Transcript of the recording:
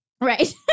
Right